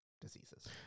diseases